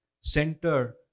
center